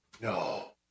No